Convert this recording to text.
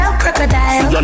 crocodile